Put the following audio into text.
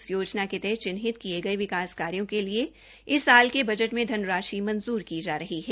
इस योजना के तहत चिन्हित किये गये विकास कार्यो के लिए इस साल के बजट में धनराशि मंजूर की की जा रही है